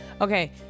Okay